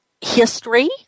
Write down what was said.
history